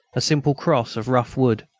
a simple cross of rough wood,